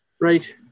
Right